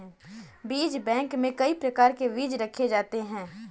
बीज बैंक में कई प्रकार के बीज रखे जाते हैं